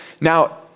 Now